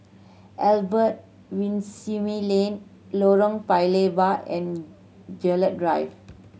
Albert Winsemius Lane Lorong Paya Lebar and Gerald Drive